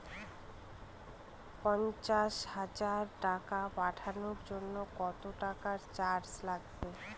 পণ্চাশ হাজার টাকা পাঠানোর জন্য কত টাকা চার্জ লাগবে?